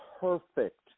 perfect